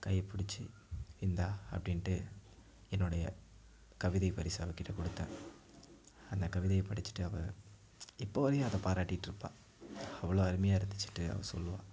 கையைப் பிடிச்சி இந்தா அப்படின்ட்டு என்னோடைய கவிதையை பரிசை அவக்கிட்ட கொடுத்தேன் அந்த கவிதையை படித்துட்டு அவள் இப்போது வரையும் அதை பாராட்டிகிட்டு இருப்பாள் அவ்வளோ அருமையாக இருந்துச்சுன்ட்டு அவள் சொல்லுவாள்